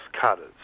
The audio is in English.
cutters